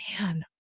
man